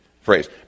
phrase